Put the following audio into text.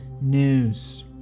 news